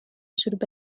شرب